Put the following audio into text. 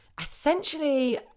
essentially